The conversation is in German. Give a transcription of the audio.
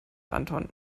anton